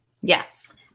Yes